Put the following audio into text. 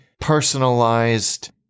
personalized-